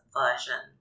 version